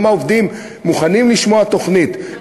גם העובדים מוכנים לשמוע תוכנית.